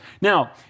Now